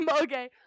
Okay